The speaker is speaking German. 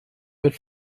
wird